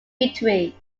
victory